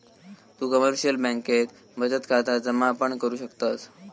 तु कमर्शिअल बँकेत बचत खाता जमा पण करु शकतस